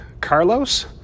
Carlos